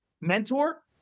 mentor